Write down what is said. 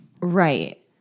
Right